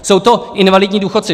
Jsou to invalidní důchodci.